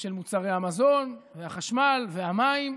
ושל מוצרי המזון והחשמל והמים,